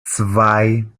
zwei